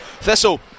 Thistle